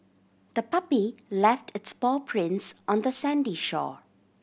the puppy left its paw prints on the sandy shore